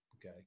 Okay